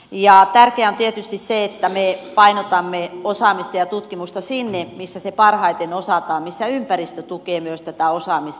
tärkeää on tietysti se että me painotamme osaamista ja tutkimusta sinne missä se parhaiten osataan missä myös ympäristö tukee tätä osaamista